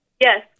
Yes